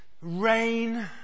rain